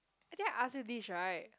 I think I ask you this right